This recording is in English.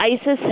ISIS